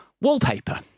Wallpaper